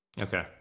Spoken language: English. Okay